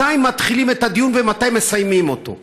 מתי מתחילים את הדיון ומתי מסיימים אותו.